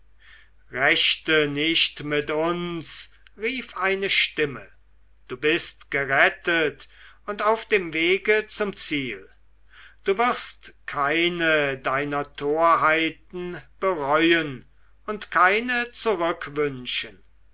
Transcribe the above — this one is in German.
rechte nicht mit uns rief eine stimme du bist gerettet und auf dem wege zum ziel du wirst keine deiner torheiten bereuen und keine